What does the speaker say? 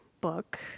book